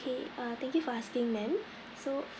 okay err thank you for asking ma'am so for